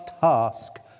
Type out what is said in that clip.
task